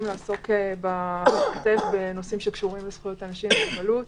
לעסוק בנושאים שקשורים לזכויות אנשים עם מוגבלות.